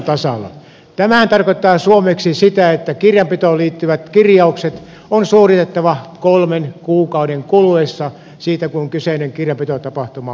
tämähän tarkoittaa suomeksi sitä että kirjanpitoon liittyvät kirjaukset on suoritettava kolmen kuukauden kuluessa siitä kun kyseinen kirjanpitotapahtuma on tapahtunut